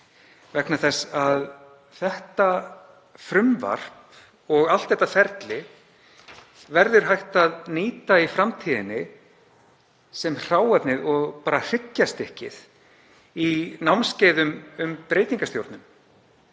vegna þess að þetta frumvarp og allt þetta ferli verður hægt að nýta í framtíðinni sem hráefni og hryggjarstykki í námskeiðum um breytingastjórnun,